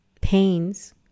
pains